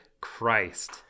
Christ